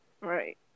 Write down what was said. Right